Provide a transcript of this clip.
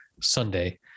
Sunday